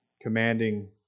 commanding